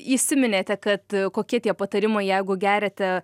įsiminėte kad kokie tie patarimai jeigu geriate